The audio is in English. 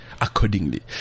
accordingly